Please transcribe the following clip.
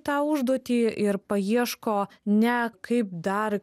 tą užduotį ir paieško ne kaip dar